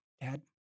Dad